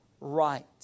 right